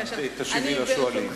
תשיבי לשואלים.